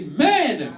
Amen